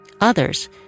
others